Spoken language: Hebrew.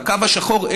לקו השחור,